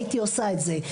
הייתי עושה את זה.